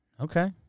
Okay